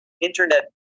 internet